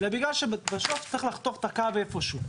זה בגלל שבסוף צריך לחתוך את הקו איפה שהוא.